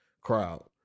crowd